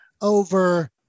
over